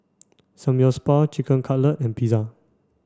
Samgyeopsal Chicken Cutlet and Pizza